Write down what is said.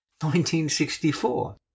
1964